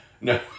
No